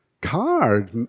card